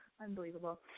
unbelievable